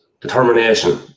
determination